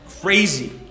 crazy